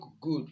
good